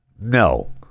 No